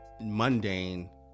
mundane